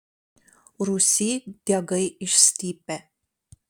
rūsy diegai išstypę